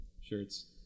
shirts